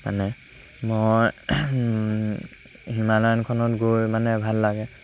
মানে মই হিমালয়নখনত গৈ মানে ভাল লাগে